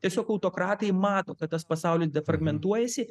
tiesiog autokratai mato kad tas pasaulis defragmentuojasi